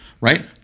right